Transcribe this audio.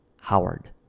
Howard